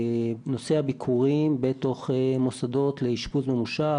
נושא הביקורים בתוך מוסדות לאשפוז ממושך.